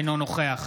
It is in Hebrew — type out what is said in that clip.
אינו נוכח